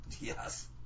Yes